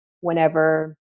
whenever